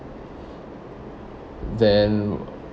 then